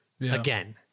again